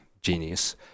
genius